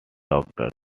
doctor